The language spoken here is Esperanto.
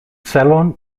celon